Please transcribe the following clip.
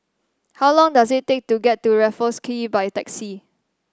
how long does it take to get to Raffles Quay by taxi